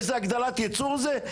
איזו הגדלת יצור זה?